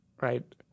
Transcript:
right